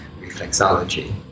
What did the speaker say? reflexology